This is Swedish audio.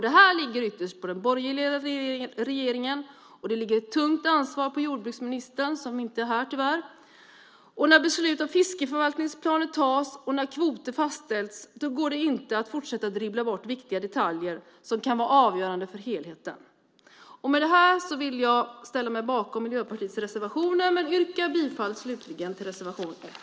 Det ligger ytterst på den borgerliga regeringen. Det ligger ett tungt ansvar på jordbruksministern, som tyvärr inte är här. När beslut om fiskeförvaltningsplaner fattas och kvoter fastställts går det inte att fortsätta att dribbla bort viktiga detaljer som kan vara avgörande för helheten. Med detta vill jag ställa mig bakom Miljöpartiets reservationer, och jag yrkar slutligen bifall till reservation 1.